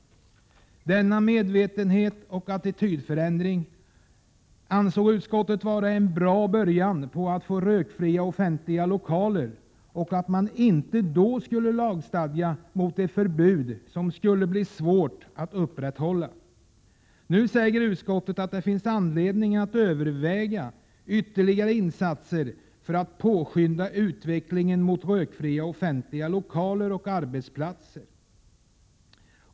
Utskottet ansåg att denna medvetenhet och attitydförändring var en bra början till att få rökfria offentliga lokaler. Man skulle då inte lagstifta om ett förbud som det skulle bli svårt att upprätthålla. Nu säger utskottet att det finns anledning att överväga ytterligare insatser för att påskynda utvecklingen mot rökfria offentliga lokaler och arbetsplatser.